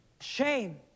shame